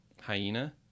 hyena